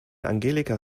angelika